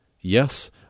Yes